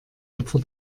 opfer